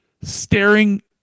Staring